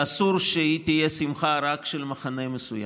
אסור שהיא תהיה שמחה רק של מחנה מסוים.